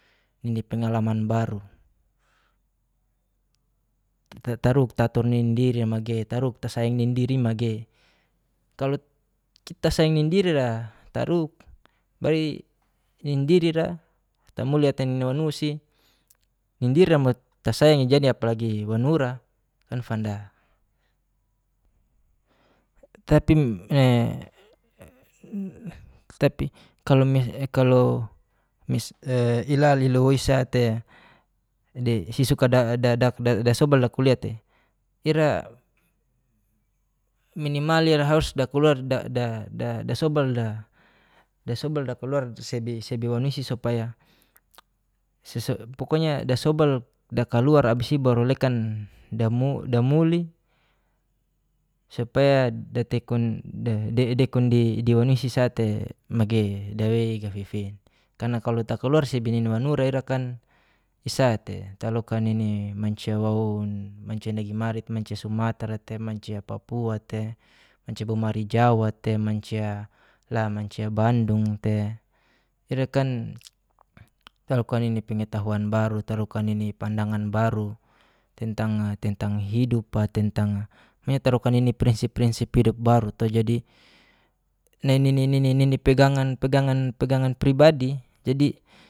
Pengalaman baru tataruk tatuni nindiri magei taruk tasayang nindiri magei. Kalo kita sayang nindirira taruk bari nindira tamuliata ninan wanusi, nindira tasayang apalagi wanura kan fanda. Tapi kalo ilal liliwosa te sisuka dasubak la kuliate, ira minimal dakuluar dasobal da. Dasubal dakaluar sedewanusi supaya pokoknya dasobal de keluar abis itu baru lekan damuli, supaya de konde dewa nusi sa tei mageii dawe kgafifin. Karna kalo takaluar sibinana wanura ira kan isate talokan nini mancia wawon, mancia negimarit, mancia sumatra tei mancia papua. mancia bomari jawa te, manci bandung tei iirakan tarokan ini pengetahuan baru, tarokan ini pandangan baru tentang hidup la, tentang me tarukan ini prinsip-prinsip hidup baru to jadi, nini pegangan pribadi